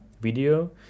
video